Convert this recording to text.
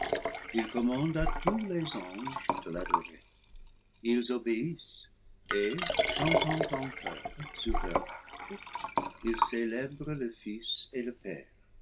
il commande à tous les anges de l'odorer ils obéissent et chantant en choeur sur leurs harpes ils célèbrent le fils et le père